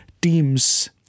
teams